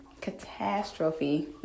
catastrophe